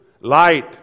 Light